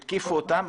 התקיפו אותם,